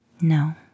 No